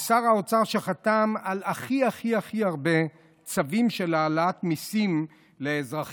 הוא שר האוצר שחתם על הכי הכי הכי הרבה צווים של העלאת מיסים לאזרחים,